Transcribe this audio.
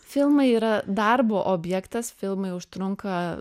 filmai yra darbo objektas filmai užtrunka